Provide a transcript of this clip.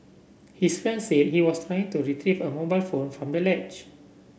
his friend said he was trying to retrieve a mobile phone from the ledge